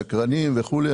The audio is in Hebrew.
שקרנים וכולי,